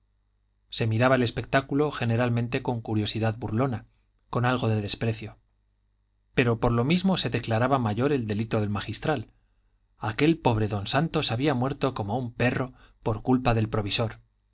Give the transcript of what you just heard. se miraba el espectáculo generalmente con curiosidad burlona con algo de desprecio pero por lo mismo se declaraba mayor el delito del magistral aquel pobre don santos había muerto como un perro por culpa del provisor